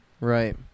Right